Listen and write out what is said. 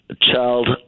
child